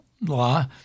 law